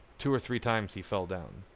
two or three times he fell down.